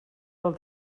del